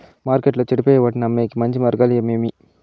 మార్కెట్టులో చెడిపోయే వాటిని అమ్మేకి మంచి మార్గాలు ఏమేమి